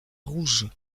rouge